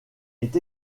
est